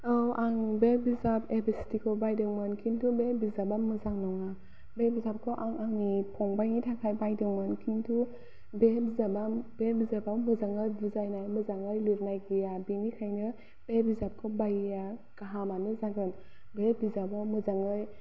औ आं बे बिजाब एबिसिदि खौ बायदोंमोन किन्तु बे बिजाबा मोजां नङा बे बिजाबखौ आं आंनि फंबाइनि थाखाय बायदोंमोन किन्तु बे बिजाबा बे बिजाबाव मोजाङै बुजायनाय मोजाङै लिरनाय गैया बेनिखायनो बे बिजाबखौ बायैया गाहामानो जागोन बे बिजाबा मोजाङै